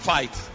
Fight